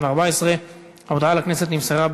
הרווחה והבריאות על רצונה להחיל דין רציפות על הצעת